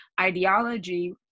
ideology